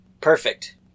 Perfect